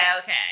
okay